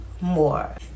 more